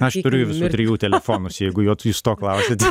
aš turiu jų visų trijų telefonus jeigu jau jūs to klausiate